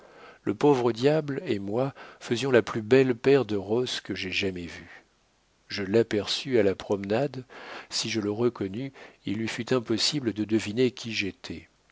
le pauvre diable et moi faisions la plus belle paire de rosses que j'aie jamais vue je l'aperçus à la promenade si je le reconnus il lui fut impossible de deviner qui